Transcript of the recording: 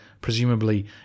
presumably